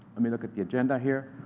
let me look at the agenda, here.